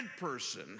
person